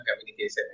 communication